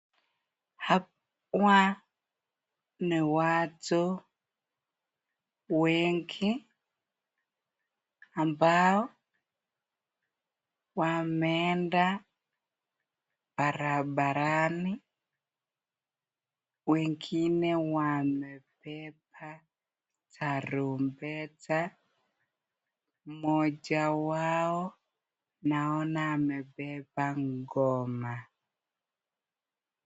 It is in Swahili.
Hapa ni watu wengi, ambao wameenda barabarani. Wengine wamebeba tarumbeta. Mmoja wao naona amebeba ngoma.